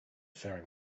faring